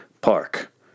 Park